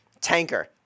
tanker